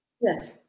yes